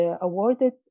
awarded